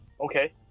Okay